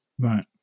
Right